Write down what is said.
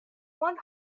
one